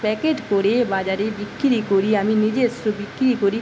packet করে বাজারে বিক্রি করি আমি নিজস্ব বিক্রি করি